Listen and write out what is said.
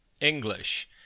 English